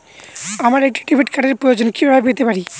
আমার একটা ডেবিট কার্ডের প্রয়োজন কিভাবে পেতে পারি?